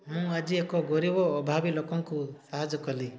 ମୁଁ ଆଜି ଏକ ଗରିବ ଅଭାବୀ ଲୋକଙ୍କୁ ସାହାଯ୍ୟ କଲି